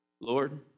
Lord